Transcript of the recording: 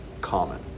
common